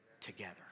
together